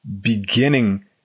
beginning